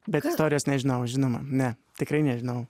bet istorijos nežinau žinoma ne tikrai nežinau